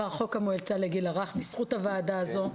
חוק המועצה לגיל הרך עבר בזכות הוועדה הזו.